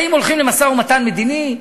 האם הולכים למשא-ומתן מדיני?